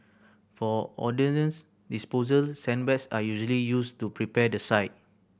for ordnance disposal sandbags are usually used to prepare the site